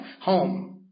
home